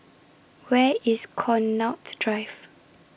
Where IS Connaught's Drive